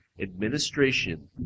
Administration